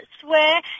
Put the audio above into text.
swear